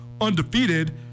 undefeated